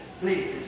Please